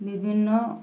বিভিন্ন